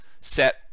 set